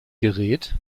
gerät